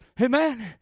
Amen